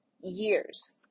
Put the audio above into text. years